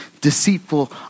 deceitful